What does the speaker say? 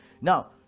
now